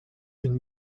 une